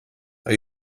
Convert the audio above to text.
are